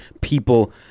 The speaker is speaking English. people